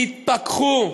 תתפכחו.